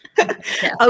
Okay